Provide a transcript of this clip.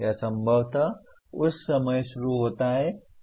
यह संभवतः उस समय शुरू होता है